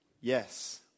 Yes